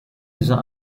dieser